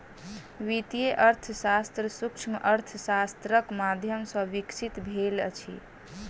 वित्तीय अर्थशास्त्र सूक्ष्म अर्थशास्त्रक माध्यम सॅ विकसित भेल अछि